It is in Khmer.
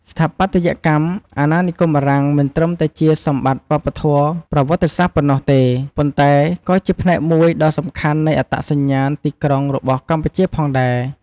ស្ថាបត្យកម្មអាណានិគមបារាំងមិនត្រឹមតែជាសម្បត្តិវប្បធម៌ប្រវត្តិសាស្ត្រប៉ុណ្ណោះទេ ប៉ុន្តែក៏ជាផ្នែកមួយដ៏សំខាន់នៃអត្តសញ្ញាណទីក្រុងរបស់កម្ពុជាផងដែរ។